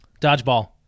Dodgeball